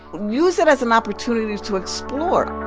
use it as an opportunity to explore